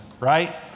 right